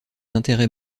intérêts